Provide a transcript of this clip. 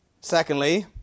Secondly